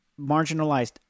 marginalized